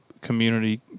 community